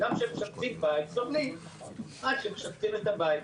גם כשמשפצים בית סובלים עד שמשפצים את הבית.